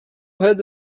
had